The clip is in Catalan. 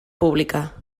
pública